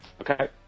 Okay